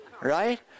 Right